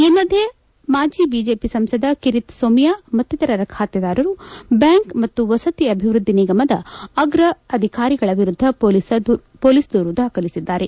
ಈ ಮಧ್ಯೆ ಮಾಜಿ ಬಿಜೆಪಿ ಸಂಸದ ಕಿರಿತ್ ಸೋಮಿಯಾ ಮತ್ತಿತರ ಖಾತೆದಾರರು ಬ್ಯಾಂಕ್ ಮತ್ತು ವಸತಿ ಅಭಿವೃದ್ಧಿ ನಿಗಮದ ಅಗ್ರ ಅಧಿಕಾರಿಗಳ ವಿರುದ್ಧ ಪೊಲೀಸ್ ದೂರು ದಾಖಲಿಸಿದ್ದಾರೆ